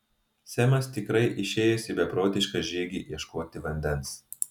semas tikrai išėjęs į beprotišką žygį ieškoti vandens